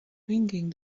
thinking